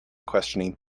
questioning